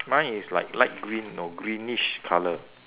mine is like light green no greenish colour